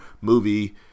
Movie